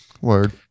word